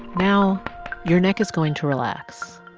now your neck is going to relax.